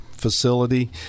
facility